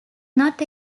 not